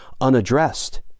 unaddressed